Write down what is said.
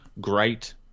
great